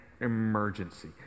emergency